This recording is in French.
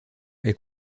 est